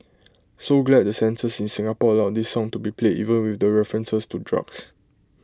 so glad the censors in Singapore allowed this song to be played even with references to drugs